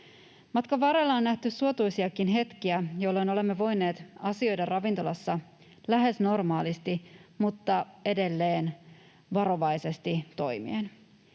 Matkan varrella on nähty suotuisiakin hetkiä, jolloin olemme voineet asioida ravintolassa lähes normaalisti mutta edelleen varovaisesti toimien.